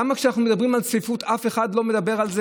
למה כשאנחנו מדברים על צפיפות אף אחד לא מדבר על זה